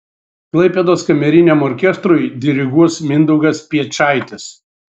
klaipėdos kameriniam orkestrui diriguos mindaugas piečaitis